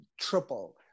triple